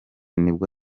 nibwo